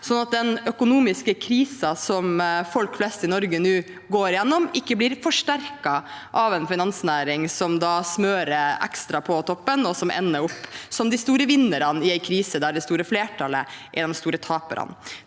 at den økonomiske krisen som folk flest i Norge nå går igjennom, ikke blir forsterket av en finansnæring som smører ekstra på toppen og ender opp som de store vinnerne i en krise der det store flertallet er de store taperne.